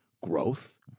growth